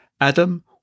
Adam